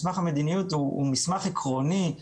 מסמך המדיניות הוא מסמך עקרוני,